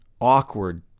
awkward